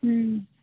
ம்